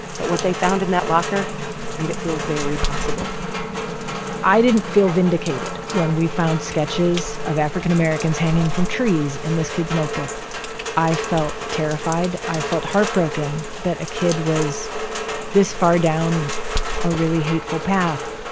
but what they found in that locker made it feel very possible i didn't feel vindicated when we found sketches of african americans hanging from trees in this kid's notebook i felt terrified. i felt heartbroken that a kid was this far down a really hateful path.